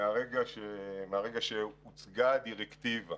מרגע שהוצגה הדירקטיבה